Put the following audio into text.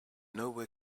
nowhere